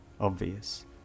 Obvious